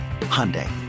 Hyundai